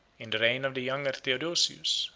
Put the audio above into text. in the reign of the younger theodosius,